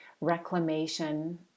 reclamation